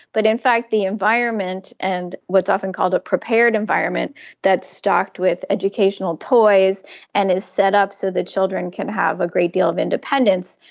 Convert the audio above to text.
but in fact the environment and what's often called a prepared environment that's stocked with educational toys and is set up so the children can have a great deal of independence,